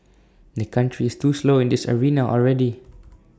the country is too slow in this arena already